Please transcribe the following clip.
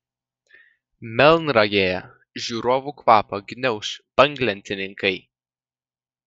melnragėje žiūrovų kvapą gniauš banglentininkai